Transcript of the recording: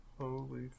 Holy